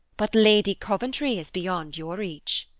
but lady coventry is beyond your reach.